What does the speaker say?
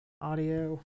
Audio